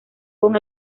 con